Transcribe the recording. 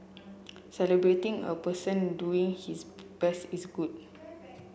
celebrating a person doing his best is good